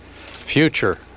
future